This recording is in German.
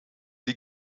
die